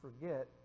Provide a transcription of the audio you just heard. forget